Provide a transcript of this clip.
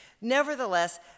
nevertheless